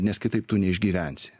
nes kitaip tu neišgyvensi